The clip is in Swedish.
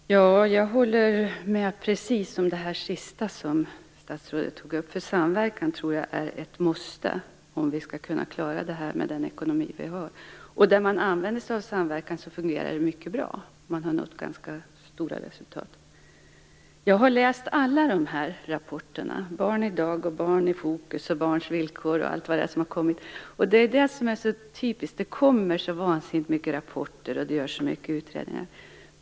Fru talman! Jag håller helt med om det sista som statsrådet tog upp. Samverkan är ett måste om vi skall kunna klara det hela med den ekonomi vi har. Där man använder sig av samverkan fungerar det också mycket bra, och man har nått stora resultat. Jag har läst alla rapporterna; Barn i dag, Barn i fokus, Barns villkor och allt vad de heter. Detta är så typiskt - det kommer så mycket rapporter och det görs så många utredningar.